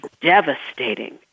devastating